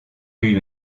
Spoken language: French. lui